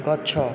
ଗଛ